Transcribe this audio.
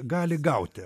gali gauti